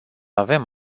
avem